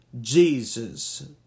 Jesus